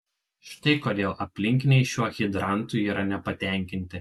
štai kodėl aplinkiniai šiuo hidrantu yra nepatenkinti